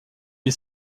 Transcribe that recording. est